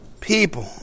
people